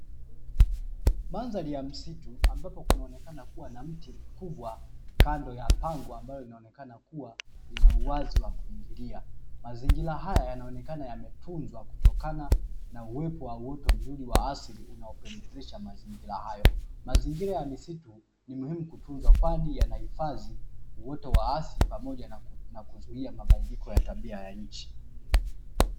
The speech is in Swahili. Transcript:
Mandhari ya msitu ambapo kunaonekana kuwa na mti mkubwa kando ya pango ambalo linaonekana kuwa na uwazi wa kuingilia, mazingira haya yanaonekana yametuzwa kutokana na uwepo wa uoto mzuri wa asili unaopendezesha mazingira hayo, mazingira ya msitu ni muhimu kutunzwa kwani yanahifadhi uoto wa asili pamoja na kuzuia mabadiliko ya tabia ya nchi.